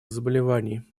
заболеваний